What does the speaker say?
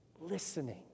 Listening